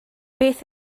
beth